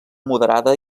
moderada